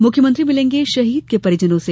मुख्यमंत्री मिलेंगे शहीद के परिजनों से